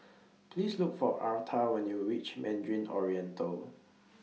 Please Look For Arta when YOU REACH Mandarin Oriental